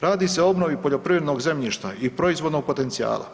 Radi se o obnovi poljoprivrednog zemljišta i proizvodnog potencijala.